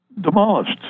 demolished